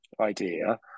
idea